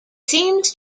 seems